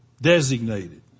Designated